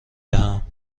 دهم